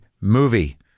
movie